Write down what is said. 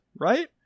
right